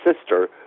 sister